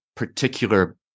Particular